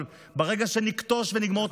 אבל ברגע שנכתוש ונגמור את